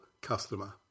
customer